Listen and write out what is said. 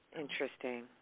Interesting